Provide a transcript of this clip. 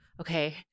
Okay